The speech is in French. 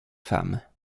femmes